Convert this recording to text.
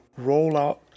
rollout